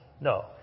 No